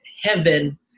heaven